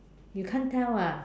you can't tell ah